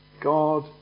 God